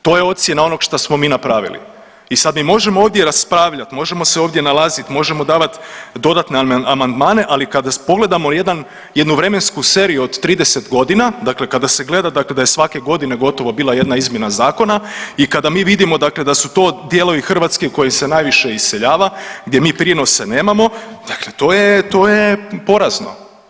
To je ocjena onog što smo mi napravili i sad mi možemo ovdje raspravljat, možemo se ovdje nalazit, možemo davat dodatne amandmane, ali kada pogledamo jedan, jednu vremensku seriju od 30.g., dakle kada se gleda dakle da je svake godine gotovo bila jedna izmjena zakona i kada mi vidimo dakle da su to dijelovi Hrvatske u kojoj se najviše iseljava, gdje mi prinose nemamo, dakle to je, to je porazno.